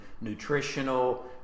nutritional